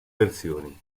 versioni